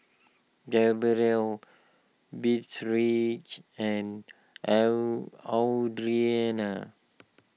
Gabriel Beatrice and L Audrianna